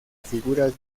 figuras